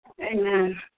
Amen